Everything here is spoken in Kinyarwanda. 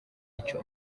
icyo